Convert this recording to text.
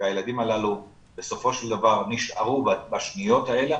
והילדים הללו בסופו של דבר נשארו בשניות האלה,